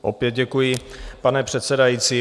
Opět děkuji, pane předsedající.